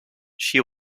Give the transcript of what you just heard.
she